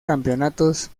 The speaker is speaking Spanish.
campeonatos